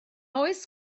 oes